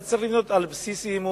אלא זה צריך להיות על בסיס אמון,